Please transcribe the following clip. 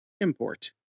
import